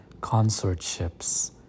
consortships